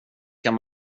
kan